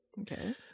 Okay